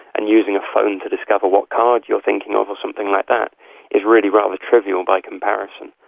and using a phone to discover what card you're thinking of or something like that is really rather trivial by comparison.